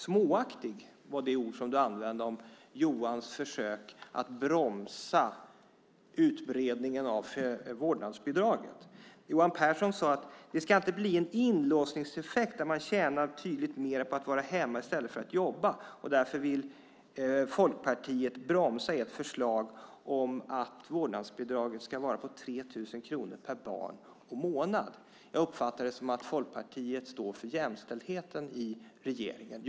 Småaktig var det ord som du använde om Johans försök att bromsa utbredningen av vårdnadsbidraget. Johan Pehrson sade att det inte ska bli en inlåsningseffekt där man tjänar tydligt mer på att vara hemma än att jobba. Därför vill Folkpartiet bromsa ert förslag om att vårdnadsbidraget ska vara 3 000 kronor per barn och månad. Jag uppfattar det som att Folkpartiet står för jämställdheten i regeringen.